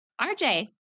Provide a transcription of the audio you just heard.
RJ